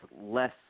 less